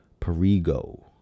Perigo